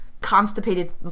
constipated